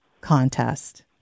contest